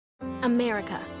America